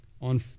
on